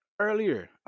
earlier